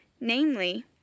namely